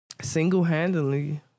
single-handedly